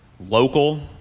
local